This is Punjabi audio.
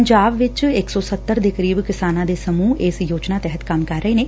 ਪੰਜਾਬ ਵਿੱਚ ਇੱਕ ਸੌ ਸੱਤਰ ਦੇ ਕਰੀਬ ਕਿਸਾਨਾਂ ਦੇ ਸਮੁਹ ਇਸ ਯੋਜਨਾ ਤਹਿਤ ਕੰਮ ਕਰ ਰਹੇ ਨੇ